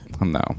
no